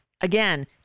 Again